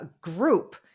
group